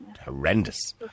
horrendous